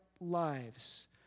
lives